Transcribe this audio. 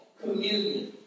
communion